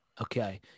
Okay